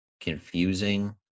confusing